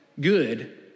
good